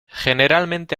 generalmente